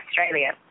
Australia